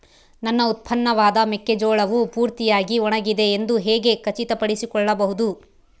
ನನ್ನ ಉತ್ಪನ್ನವಾದ ಮೆಕ್ಕೆಜೋಳವು ಪೂರ್ತಿಯಾಗಿ ಒಣಗಿದೆ ಎಂದು ಹೇಗೆ ಖಚಿತಪಡಿಸಿಕೊಳ್ಳಬಹುದು?